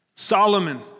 Solomon